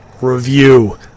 Review